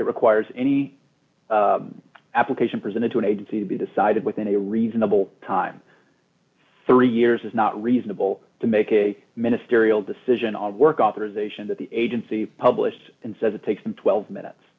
it requires any application presented to an aide to be decided within a reasonable time three years is not reasonable to make a ministerial decision on work authorization that the agency published and says it takes in twelve minutes